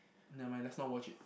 nevermind let's not watch it